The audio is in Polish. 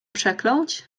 przekląć